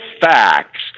facts